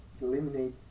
eliminate